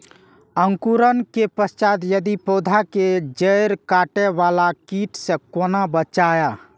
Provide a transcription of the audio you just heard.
अंकुरण के पश्चात यदि पोधा के जैड़ काटे बाला कीट से कोना बचाया?